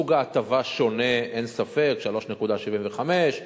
סוג ההטבה שונה, אין ספק, 3.75%,